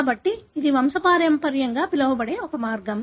కాబట్టి ఇది వంశపారంపర్యం గా పిలవబడే ఒక మార్గం